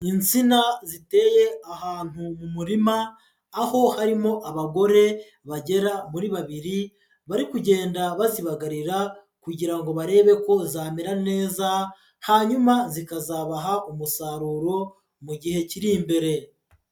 Insina ziteye ahantu mu murima, aho harimo abagore bagera muri babiri bari kugenda bazibagarira kugira ngo barebe ko zamera neza hanyuma zikazabaha umusaruro mu gihe kiri imbere.